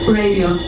radio